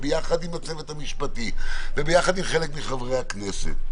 יחד עם הצוות המשפטי ויחד עם חלק מחברי הכנסת,